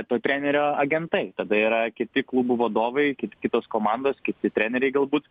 to trenerio agentai tada yra kiti klubų vadovai kit kitos komandos kiti treneriai galbūt